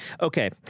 Okay